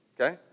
Okay